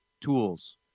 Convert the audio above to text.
tools